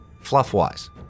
fluff-wise